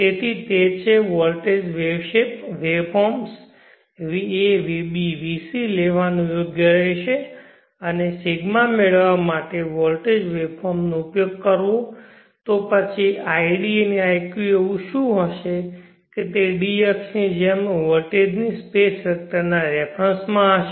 તેથી તે છે કે voltage wave shape waveforms va vb vc લેવાનું યોગ્ય રહેશે અને ρ મેળવવા માટે વોલ્ટેજ વેવફોર્મ્સ નો ઉપયોગ કરવો તો પછી id અને iq એવું હશે કે તે d અક્ષ ની જેમ વોલ્ટેજની સ્પેસ વેક્ટર ના રેફરન્સ માં હશે